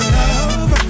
love